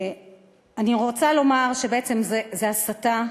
אני רוצה לומר שבעצם זה הסתה,